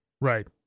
Right